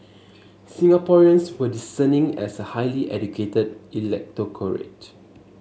Singaporeans were discerning as a highly educated electorate